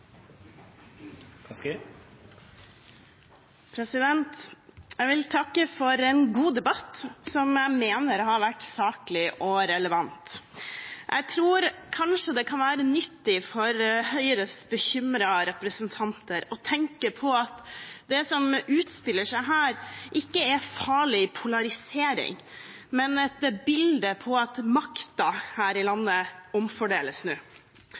Jeg vil takke for en god debatt som jeg mener har vært saklig og relevant. Jeg tror kanskje det kan være nyttig for Høyres bekymrede representanter å tenke på at det som utspiller seg her, ikke er farlig polarisering, men et bilde på at makten her i landet omfordeles nå.